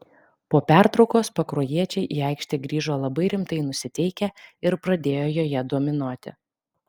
po pertraukos pakruojiečiai į aikštę grįžo labai rimtai nusiteikę ir pradėjo joje dominuoti